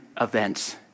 events